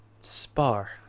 spar